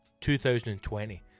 2020